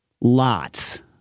lots